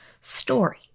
story